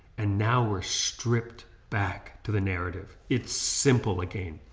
and now we're stripped back to the narrative. it's simple again.